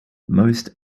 most